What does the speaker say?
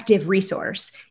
resource